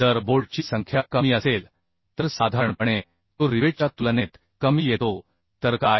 जर बोल्टची संख्या कमी असेल तर साधारणपणे तो रिवेटच्या तुलनेत कमी येतो तर काय